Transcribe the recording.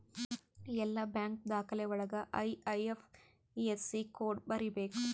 ಎಲ್ಲ ಬ್ಯಾಂಕ್ ದಾಖಲೆ ಒಳಗ ಐ.ಐಫ್.ಎಸ್.ಸಿ ಕೋಡ್ ಬರೀಬೇಕು